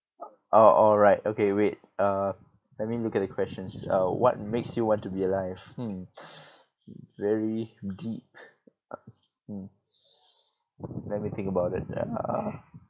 oh alright okay wait uh let me look at the questions uh what makes you want to be alive hmm very deep mm let me think about it uh